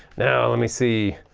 now let me see,